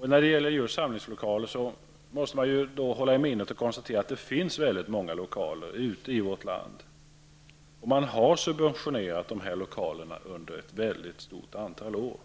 När det gäller samlingslokaler måste man hålla i minnet och konstatera att det finns många lokaler i vårt land. Man har subventionerat dessa lokaler under ett stort antal år.